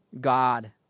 God